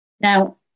Now